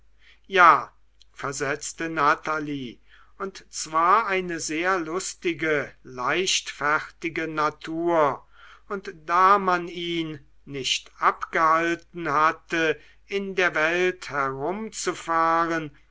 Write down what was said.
ja versetzte natalie und zwar eine sehr lustige leichtfertige natur und da man ihn nicht abgehalten hatte in der welt herumzufahren